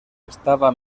estava